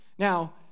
Now